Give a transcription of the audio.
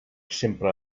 sempre